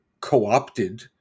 co-opted